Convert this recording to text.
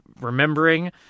remembering